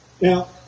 Now